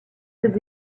ses